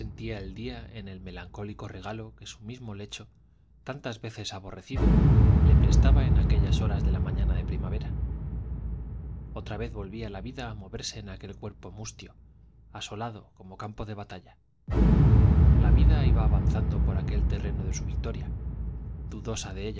el día en el melancólico regalo que su mismo lecho tantas veces aborrecido le prestaba en aquellas horas de la mañana de primavera otra vez volvía la vida a moverse en aquel cuerpo mustio asolado como campo de batalla la vida iba avanzando por aquel terreno de su victoria dudosa